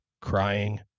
crying